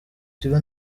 kigo